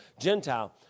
Gentile